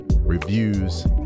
reviews